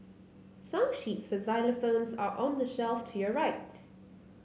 song sheets for xylophones are on the shelf to your right